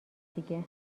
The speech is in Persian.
دیگه